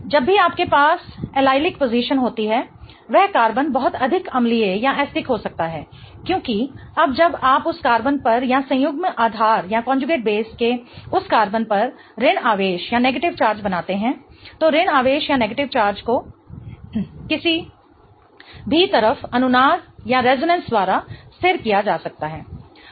जब भी आपके पास एलिलिक पोज़िशन होती है वह कार्बन बहुत अधिक अम्लीय हो सकता है क्योंकि अब जब आप उस कार्बन पर या संयुग्मित आधार के उस कार्बन पर ऋण आवेश बनाते हैं तो ऋण आवेश को किसी भी तरफ अनुनाद द्वारा स्थिर किया जा सकता है